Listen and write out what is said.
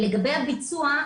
לגבי הביצוע,